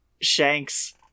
Shanks